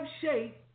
shape